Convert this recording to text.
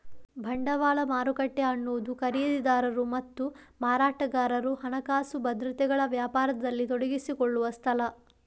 ಬಂಡವಾಳ ಮಾರುಕಟ್ಟೆ ಅನ್ನುದು ಖರೀದಿದಾರರು ಮತ್ತು ಮಾರಾಟಗಾರರು ಹಣಕಾಸು ಭದ್ರತೆಗಳ ವ್ಯಾಪಾರದಲ್ಲಿ ತೊಡಗಿಸಿಕೊಳ್ಳುವ ಸ್ಥಳ